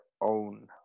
own